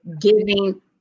giving